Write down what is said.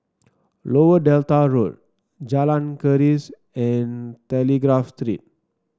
Lower Delta Road Jalan Keris and Telegraph Street